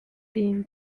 been